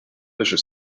usher